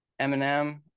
Eminem